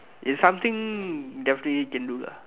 is something definitely can do lah